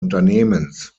unternehmens